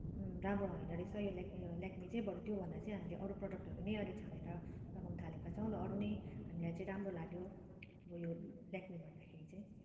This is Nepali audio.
राम्रो होइन रहेछ यो ल्याक्मे ल्याक्मे चाहिँ बरु त्योभन्दा चाहिँ हामीले अरू प्रडक्टहरू नै अलिक छानेर लगाउन थालेका छौँ र अरू नै हामीलाई चाहिँ हाम्रो लाग्यो अब यो ल्याक्मे भन्दाखेरि चाहिँ